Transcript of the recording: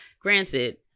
granted